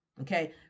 Okay